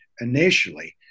initially